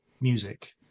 music